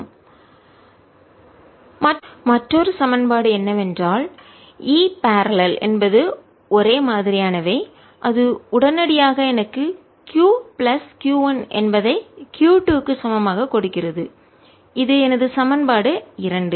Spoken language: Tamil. kq2 qq1 q2qq1 equ 2 equ 1 ⟹q2k12q q22k1q q1q2 q2k1 1q 1 kk1q k 1k1q மற்றொரு சமன்பாடு என்னவென்றால் E பரலல்இணையானது என்பது ஒரே மாதிரியானவை அது உடனடியாக எனக்கு q பிளஸ் q 1 என்பது ஐ q 2 க்கு சமமாக கொடுக்கிறது இது எனது சமன்பாடு 2